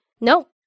No